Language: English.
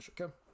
okay